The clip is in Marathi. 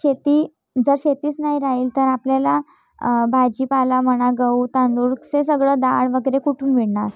शेती जर शेतीच नाही राहील तर आपल्याला भाजीपाला म्हणा गहू तांदूळ ते सगळं डाळ वगैरे कुठून मिळणार